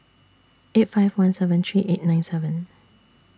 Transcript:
eight five one seven three eight nine seven